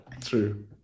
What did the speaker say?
True